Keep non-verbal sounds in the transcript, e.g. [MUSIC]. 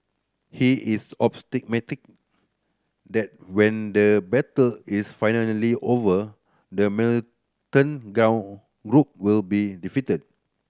he is [UNINTELLIGIBLE] that when the battle is finally over the militant gone group will be defeated